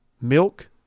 milk